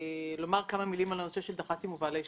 כדי לומר כמה מילים על דח"צים ובעלי שליטה.